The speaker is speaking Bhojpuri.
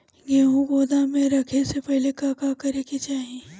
गेहु गोदाम मे रखे से पहिले का का करे के चाही?